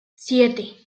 siete